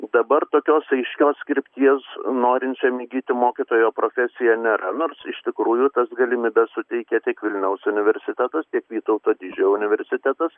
dabar tokios aiškios krypties norinčiam įgyti mokytojo profesija nėra nors iš tikrųjų tas galimybes suteikia tik vilniaus universitetas vytauto didžiojo universitetas